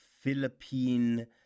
Philippine